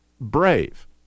brave